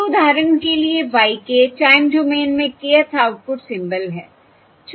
ये उदाहरण के लिए y k टाइम डोमेन में kth आउटपुट सिंबल है